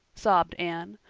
sobbed anne.